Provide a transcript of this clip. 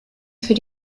für